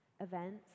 events